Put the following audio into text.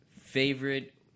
favorite